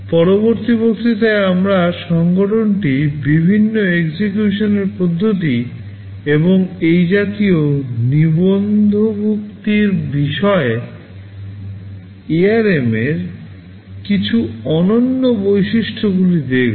পরবর্তী বক্তৃতায় আমরা সংগঠনটি বিভিন্ন execution এর পদ্ধতি এবং এই জাতীয় নিবন্ধভুক্তির বিষয়ে ARM এর কিছু অনন্য বৈশিষ্ট্যগুলি দেখব